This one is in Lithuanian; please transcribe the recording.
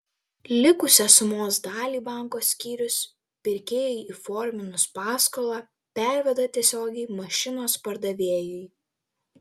likusią sumos dalį banko skyrius pirkėjui įforminus paskolą perveda tiesiogiai mašinos pardavėjui